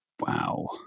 Wow